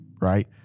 right